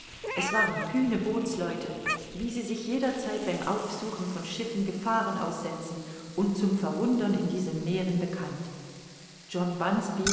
es waren kühne bootsleute wie sie sich jederzeit beim aufsuchen von schiffen gefahren aussetzen und zum verwundern in diesen meeren bekannt